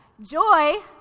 Joy